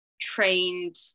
trained